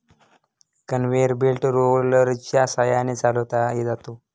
conveyor belt रोलरच्या सहाय्याने चालवला जातो